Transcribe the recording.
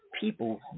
people